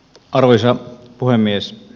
arvoisa puhemies